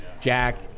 Jack